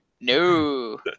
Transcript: no